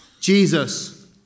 Jesus